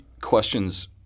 questions